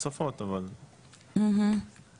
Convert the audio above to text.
כרגע זה רק באנגלית ובעברית.